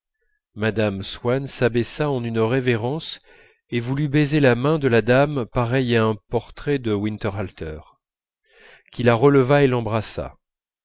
mme swann s'abaissa en une révérence et voulut baiser la main de la dame pareille à un portrait de winterhalter qui la releva et l'embrassa